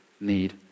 need